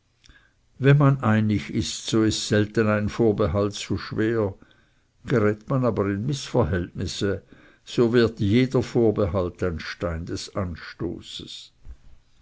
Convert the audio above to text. wenn man einig ist so ist selten ein vorbehalt zu schwer gerät man aber in mißverhältnisse so wird jeder vorbehalt ein stein des anstoßes